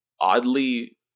oddly